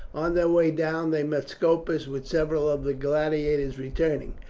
on their way down they met scopus with several of the gladiators returning.